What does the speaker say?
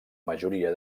majoria